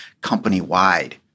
company-wide